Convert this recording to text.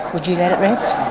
would you let it rest?